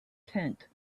tent